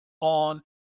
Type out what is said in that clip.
on